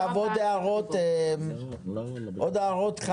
עכשיו עוד הערות, חוה,